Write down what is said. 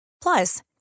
Plus